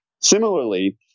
Similarly